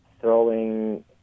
throwing